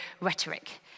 rhetoric